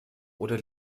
oder